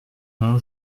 non